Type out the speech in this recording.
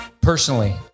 personally